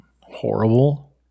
horrible